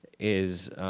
is